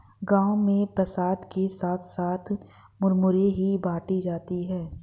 गांव में प्रसाद के साथ साथ मुरमुरे ही बाटी जाती है